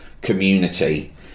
community